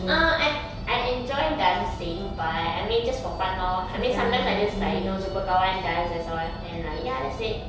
uh I enjoy dancing but I mean just for fun lor I mean sometimes I just like you know jumpa kawan dance that's all and like ya that's it